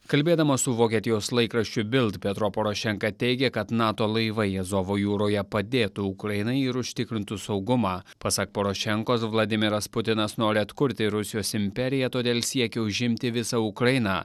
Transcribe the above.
kalbėdamas su vokietijos laikraščiu bild petro porošenka teigė kad nato laivai azovo jūroje padėtų ukrainai ir užtikrintų saugumą pasak porošenkos vladimiras putinas nori atkurti rusijos imperiją todėl siekia užimti visą ukrainą